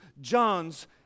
John's